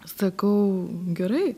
sakau gerai